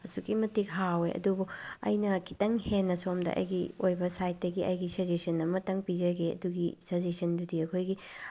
ꯑꯁꯨꯛꯀꯤ ꯃꯇꯤꯛ ꯍꯥꯎꯑꯦ ꯑꯗꯨꯕꯨ ꯑꯩꯅ ꯈꯤꯇꯪ ꯍꯦꯟꯅ ꯁꯣꯝꯗ ꯑꯩꯒꯤ ꯑꯣꯏꯕ ꯁꯥꯏꯠꯇꯒꯤ ꯑꯩꯒꯤ ꯁꯖꯦꯁꯟ ꯑꯃꯠꯇꯪ ꯄꯤꯖꯒꯦ ꯑꯗꯨꯒꯤ ꯁꯖꯦꯁꯟꯗꯨꯗꯤ ꯑꯩꯈꯣꯏꯒꯤ